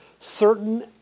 certain